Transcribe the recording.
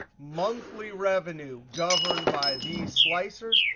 monthly revenue governed by these slicers,